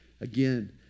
Again